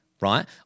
right